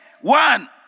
one